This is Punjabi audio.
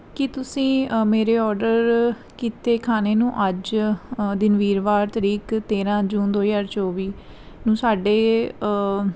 ਕੀ ਤੁਸੀਂ ਮੇਰੇ ਓਰਡਰ ਕੀਤੇ ਖਾਣੇ ਨੂੰ ਅੱਜ ਦਿਨ ਵੀਰਵਾਰ ਤਰੀਕ ਤੇਰ੍ਹਾਂ ਜੂਨ ਦੋ ਹਜ਼ਾਰ ਚੌਵੀ ਨੂੰ ਸਾਡੇ